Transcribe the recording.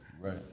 Right